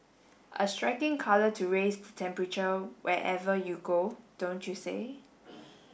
a striking colour to raise the temperature wherever you go don't you say